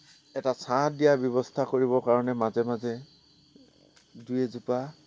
এটা ছাঁ দিয়া ব্যৱস্থা কৰিবৰ কাৰণে মাজে মাজে দুই এজোপা